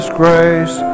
grace